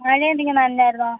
മഴയെന്തെങ്കിലും നനഞ്ഞായിരുന്നോ